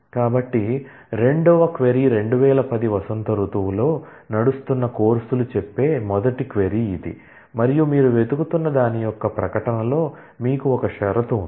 కాబట్టి రెండవ query 2010 spring లో నడుస్తున్న కోర్సులు చెప్పే మొదటి క్వరీ ఇది మరియు మీరు వెతుకుతున్న దాని యొక్క ప్రకటనలో మీకు ఒక షరతు ఉంది